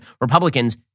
Republicans